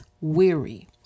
weary